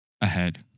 ahead